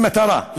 לאיזו מטרה?